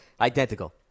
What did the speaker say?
identical